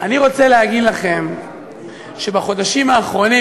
אני רוצה להגיד לכם שבחודשים האחרונים,